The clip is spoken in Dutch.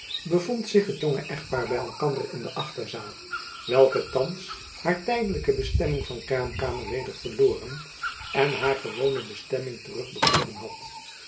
bevond zich het jonge echtpaar by elkander in de achterzaal welke thands haar tijdelijke bestemming van kraamkamer weder verloren en haar gewone bestemming terugbekomen had